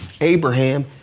Abraham